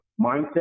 mindset